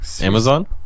Amazon